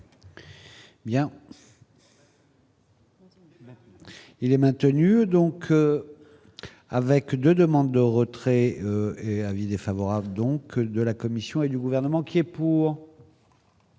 Il est maintenu, donc avec 2 demandes de retrait et avis défavorable, donc de la Commission et du gouvernement. Et pour